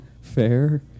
fair